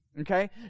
Okay